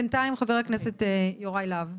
בנתיים חבר הכנסת יוראי להב,